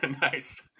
nice